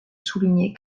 souligner